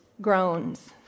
groans